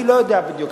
אני לא יודע בדיוק.